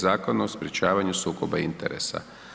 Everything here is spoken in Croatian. Zakona o sprječavanju sukoba interesa.